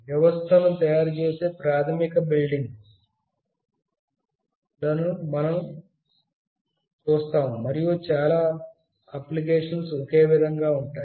వ్యవస్థను తయారుచేసే ప్రాథమిక బిల్డింగ్ బ్లాక్ లను మనం చూస్తాము మరియు చాలా అనువర్తనాలు ఒకే విధంగా ఉంటాయి